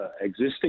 existing